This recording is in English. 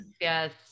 yes